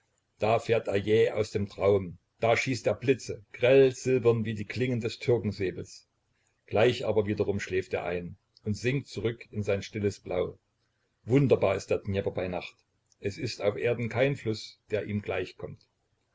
da fährt er jäh aus dem traum da schießt er blitze grell silbern wie die klinge des türkensäbels gleich aber wiederum schläft er ein und sinkt zurück in sein stilles blau wunderbar ist der dnjepr bei nacht es ist auf erden kein fluß der ihm